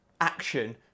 action